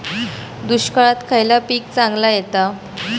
दुष्काळात खयला पीक चांगला येता?